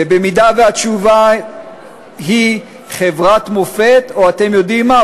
ואם התשובה היא חברת מופת, או, אתם יודעים מה?